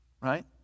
Right